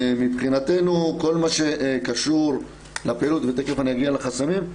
מבחינתנו כל מה שקשור לפעילות ותכף אני אגיע לחסמים,